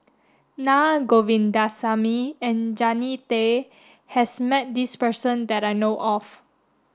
Naa Govindasamy and Jannie Tay has met this person that I know of